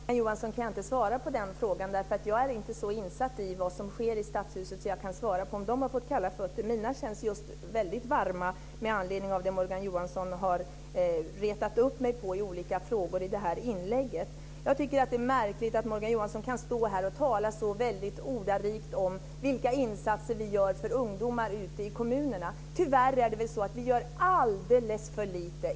Herr talman! Tyvärr, Morgan Johansson, kan jag inte svara på den frågan. Jag är inte så insatt i vad som sker i stadshuset att jag kan svara på om de har fått kalla fötter. Mina känns väldigt varma med anledning av det Morgan Johansson har retat upp mig på i olika frågor i sitt inlägg. Jag tycker att det är märkligt att Morgan Johansson kan tala så ordrikt om vilka insatser vi gör för ungdomar i kommunerna. Tyvärr är det så att vi gör alldeles för lite.